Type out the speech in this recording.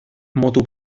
modu